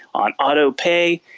on autopay,